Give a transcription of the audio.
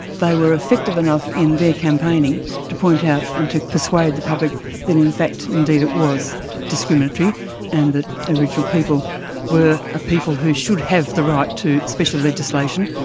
they were effective enough in their campaigning to point out and to persuade the public that in fact indeed it was discriminatory and that aboriginal people were a people who should have the right to special legislation,